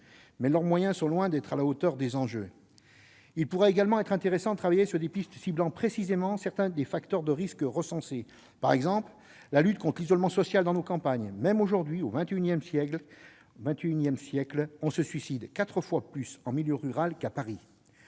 elles disposent sont loin d'être à la hauteur des enjeux. Il pourrait également être intéressant de travailler sur des pistes ciblant précisément certains des facteurs de risques recensés, par exemple lutter contre l'isolement social dans nos campagnes- même aujourd'hui, au XXI siècle, on se suicide quatre fois plus en milieu rural qu'à Paris